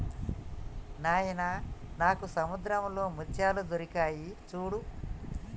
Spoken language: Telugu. నాయిన నాకు సముద్రంలో ముత్యాలు దొరికాయి సూడు